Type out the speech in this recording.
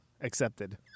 accepted